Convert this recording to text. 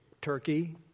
Turkey